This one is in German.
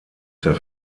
der